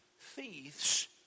thieves